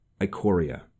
icoria